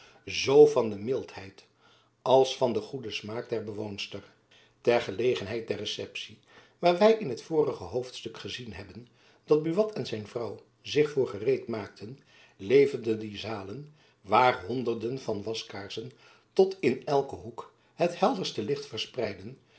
zoo van de mildheid als van den goeden smaak der bewoonster ter gelegenheid der receptie waar wy in het vorige hoofdstuk gezien hebben dat buat en zijn vrouw zich voor gereed maakten leverden die zalen waar honderden van waskaarsen tot in elken hoek het heljacob van lennep elizabeth musch derste licht verspreidden